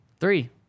Three